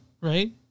right